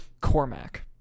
Cormac